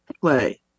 Play